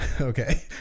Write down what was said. Okay